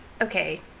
okay